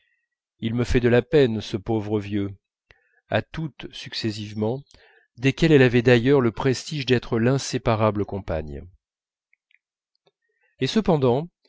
il me fait de la peine ce pauvre vieux à toutes successivement desquelles elle avait d'ailleurs le prestige d'être l'inséparable compagne et cependant